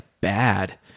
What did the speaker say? bad